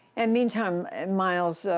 and, meantime, and miles, so